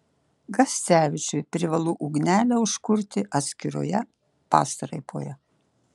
gascevičiui privalu ugnelę užkurti atskiroje pastraipoje